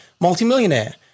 multimillionaire